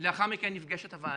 לאחר מכן נפגשת הוועדה,